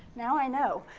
now i know.